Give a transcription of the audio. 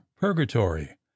Purgatory